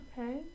Okay